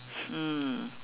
mm